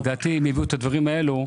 לדעתי, אם יעשו את הדברים האלה,